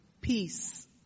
peace